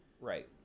Right